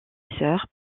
sœur